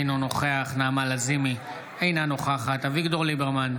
אינו נוכח נעמה לזימי, אינה נוכחת אביגדור ליברמן,